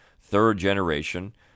third-generation